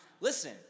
Listen